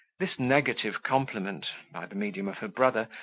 this negative compliment, by the medium of her brother,